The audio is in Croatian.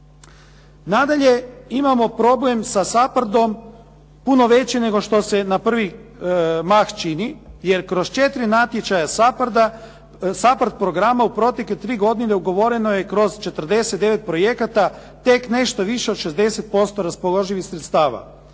Nadalje, imamo problem sa SAPARD-om puno veći nego što se na prvi mah čini jer kroz četiri natječaja SAPARD programa u protekle tri godine ugovoreno je kroz 49 projekata tek nešto više od 60% raspoloživih sredstava.